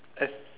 ed